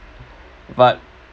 but